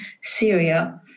Syria